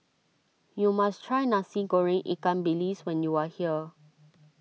you must try Nasi Goreng Ikan Bilis when you are here